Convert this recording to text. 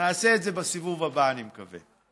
נעשה את זה בסיבוב הבא, אני מקווה.